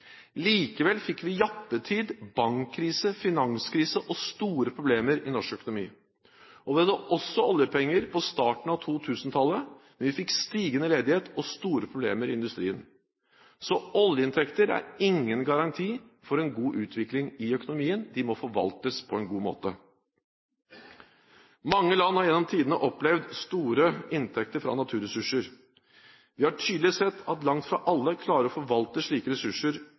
Likevel fikk vi jappetid, bankkrise, finanskrise og store problemer i norsk økonomi. Vi hadde også oljepenger på starten av 2000-tallet. Men vi fikk stigende ledighet og store problemer i industrien. Så oljeinntekter er ingen garanti for en god utvikling i økonomien. De må forvaltes på en god måte. Mange land har gjennom tidene opplevd store inntekter fra naturressurser. Vi har tydelig sett at langt fra alle klarer å forvalte slike ressurser